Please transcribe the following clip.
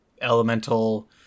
elemental